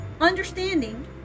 understanding